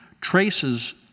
traces